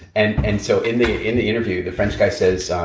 and and so in the in the interview, the french guy says,